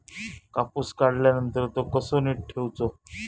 कापूस काढल्यानंतर तो कसो नीट ठेवूचो?